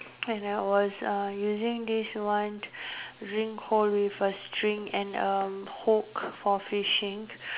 and I was uh using this one drink hold with a string and a hook for fishing